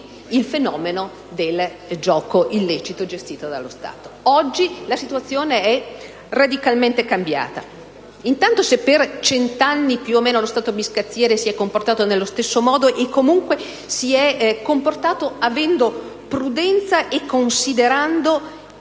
il fenomeno del gioco lecito gestito dallo Stato. Oggi la situazione è radicalmente cambiata. Intanto, se per circa cent'anni lo Stato biscazziere si è comportato nello stesso modo, comunque avendo prudenza e considerando